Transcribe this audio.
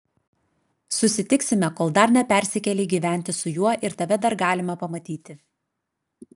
susitiksime kol dar nepersikėlei gyventi su juo ir tave dar galima pamatyti